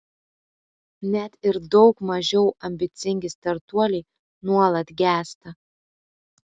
net ir daug mažiau ambicingi startuoliai nuolat gęsta